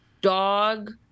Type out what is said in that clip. dog